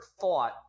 thought –